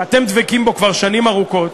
שאתם דבקים בו כבר שנים ארוכות,